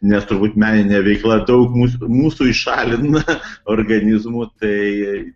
nes turbūt meninė veikla daug mūsų mūsų išalina organizmų tai